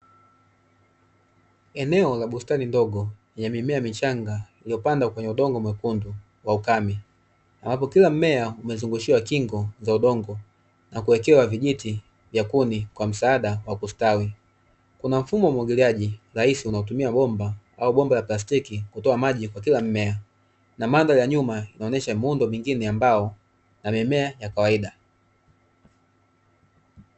Eneo la bustani ndogo, lenye mimea michanga iliyopandwa kwenye udongo mwekundu wa ukame. Ambapo kila mmea umezungushiwa kingo za udongo, na kuwekewa vijiti vya kuni kwa msaada wa kustawi. Kuna mfumo wa umwagiliaji rahisi unaotumia bomba au bomba la plastiki kutoa maji kwa kila mmea, na mandhari ya nyuma inaonyesha muundo mwingnie ambao na mimea ya kawaida.